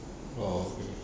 oh okay